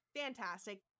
fantastic